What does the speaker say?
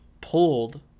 pulled